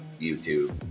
YouTube